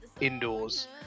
indoors